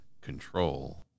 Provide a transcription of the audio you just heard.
control